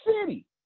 city